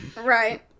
Right